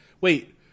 wait